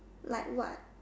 like what